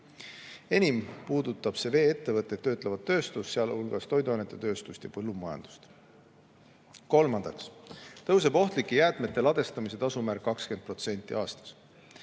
Enim puudutab see vee-ettevõtteid ja töötlevat tööstust, sealhulgas toiduainetööstust, ja põllumajandust. Kolmandaks tõuseb ohtlike jäätmete ladestamise tasu määr 20% aastas.